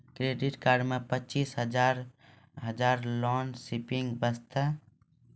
Credit card मे पचीस हजार हजार लोन शॉपिंग वस्ते?